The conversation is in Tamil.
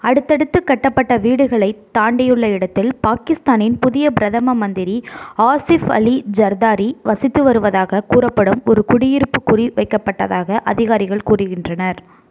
அடுத்தடுத்து கட்டப்பட்ட வீடுகளை தாண்டியுள்ள இடத்தில் பாகிஸ்தானின் புதிய பிரதம மந்திரி ஆசிஃப் அலி ஜர்தாரி வசித்து வருவதாக கூறப்படும் ஒரு குடியிருப்பு குறி வைக்கப்பட்டதாக அதிகாரிகள் கூறிகின்றனர்